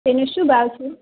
તેનો શું ભાવ છે